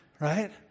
right